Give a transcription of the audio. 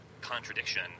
contradiction